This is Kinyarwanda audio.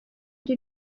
ujye